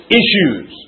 issues